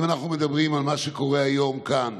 אם אנחנו מדברים על מה שקורה היום כאן,